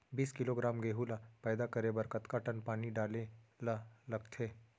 बीस किलोग्राम गेहूँ ल पैदा करे बर कतका टन पानी डाले ल लगथे?